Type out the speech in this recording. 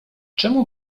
czemu